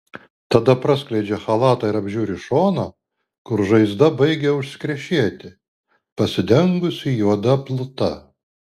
tada praskleidžia chalatą ir apžiūri šoną kur žaizda baigia užkrešėti pasidengusi juoda pluta